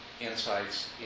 insights